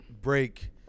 break